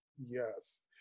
Yes